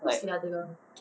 like